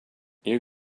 you